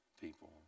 people